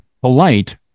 polite